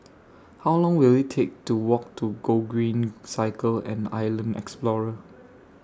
How Long Will IT Take to Walk to Gogreen Cycle and Island Explorer